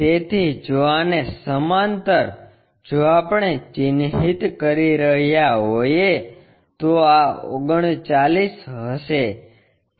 તેથી જો આને સમાંતર જો આપણે ચિહ્નિત કરી રહ્યા હોઈએ તો આ 39 હશે